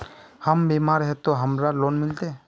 हम बीमार है ते हमरा लोन मिलते?